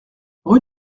rue